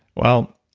well,